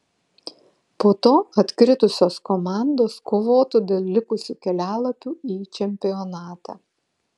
po to atkritusios komandos kovotų dėl likusių kelialapių į čempionatą